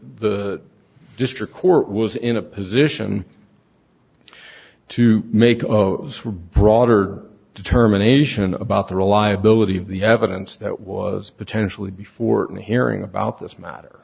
the district court was in a position to make for broader determination about the reliability of the evidence that was potentially before to hearing about this matter